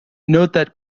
note